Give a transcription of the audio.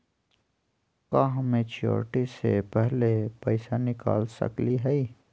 का हम मैच्योरिटी से पहले पैसा निकाल सकली हई?